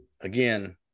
again